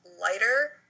lighter